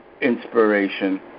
inspiration